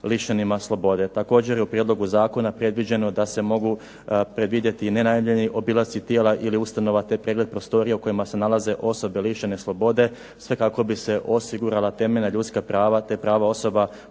lišenih slobode. Također je u Prijedlogu zakona predviđeno da se mogu obavljati nenajavljeni obilasci tijela ili ustanova, te pregled prostorija u kojima se nalaze osobe lišene slobode, sve kako bi se osigurala temeljna ljudska prava te prava osoba